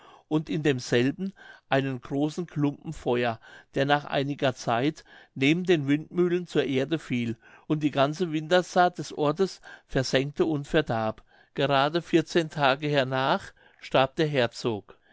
und in demselben einen großen klumpen feuer der nach einiger zeit neben den windmühlen zur erde fiel und die ganze wintersaat des ortes versengte und verdarb gerade vierzehn tage hernach starb der herzog